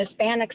Hispanics